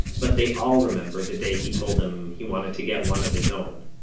but they all remember the day he told them he wanted to get one of his own